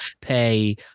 pay